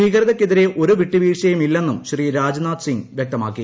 ഭീകരതക്കെതിരെ ഒരു വിട്ടുവീഴ്ചയുമില്ലെന്നും ശ്രീ രാജ്നാഥ് സിംഗ് വൃക്തമാക്കി